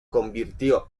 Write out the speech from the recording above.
convirtió